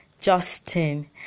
Justin